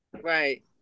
Right